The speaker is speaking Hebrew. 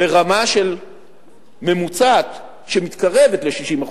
לרמה ממוצעת שמתקרבת ל-60%,